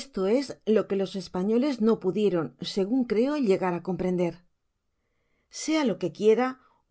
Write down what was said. esto es lo jqae los españoles no pudieron segun creo llegar á comprender sea lo que quiera